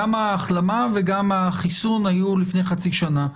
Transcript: גם החלמה וגם החיסון היו לפני חצי שנה,